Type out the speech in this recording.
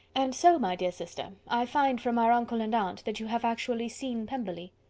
and so, my dear sister, i find, from our uncle and aunt, that you have actually seen pemberley.